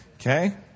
Okay